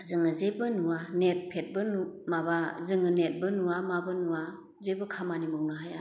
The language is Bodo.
जोङो जेबो नुवा नेट पेकबो नु माबा जोङो नेटबो नुवा माबो नुवा जेबो खामानि मावनो हाया